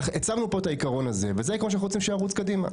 הצבנו פה את העיקרון הזה וזה מה שאנו רוצים שירוץ קדימה.